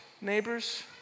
neighbors